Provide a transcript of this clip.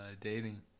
dating